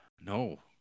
no